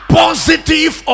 positive